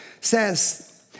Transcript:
says